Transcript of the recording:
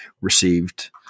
received